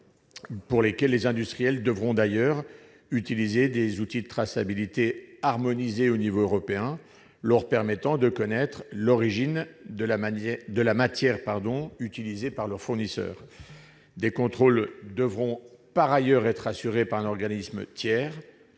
pour lesquelles les industriels devront utiliser des outils de traçabilité harmonisés à l'échelon européen leur permettant de connaître l'origine de la matière utilisée par leurs fournisseurs. Des contrôles devront par ailleurs être assurés par un organisme tiers-